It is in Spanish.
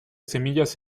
semillas